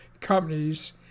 companies